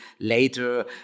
later